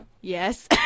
Yes